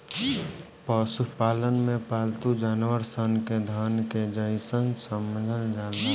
पशुपालन में पालतू जानवर सन के धन के जइसन समझल जाला